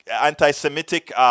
anti-Semitic